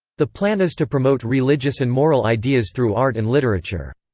the plan is to promote religious and moral ideas through art and literature.